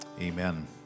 Amen